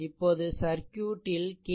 இப்போது சர்க்யூட் ல் கே